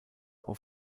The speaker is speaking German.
auf